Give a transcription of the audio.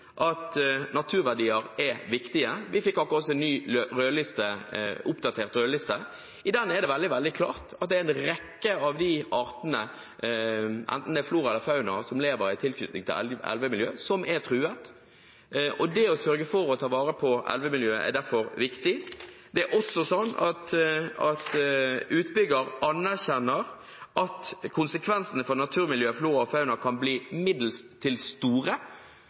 at naturverdier er viktige. Vi fikk akkurat en ny oppdatert rødliste. Der er det veldig, veldig klart at en rekke av de artene, enten det er flora eller fauna, som lever i tilknytning til elvemiljø, er truet. Det å sørge for å ta vare på elvemiljøet er derfor viktig. Det er også sånn at utbygger anerkjenner at konsekvensene for naturmiljøet, flora og fauna, kan bli